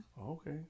okay